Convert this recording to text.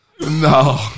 No